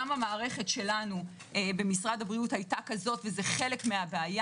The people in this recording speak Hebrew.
גם המערכת שלנו במשרד הבריאות היתה כזאת וזה חלק מהבעיה.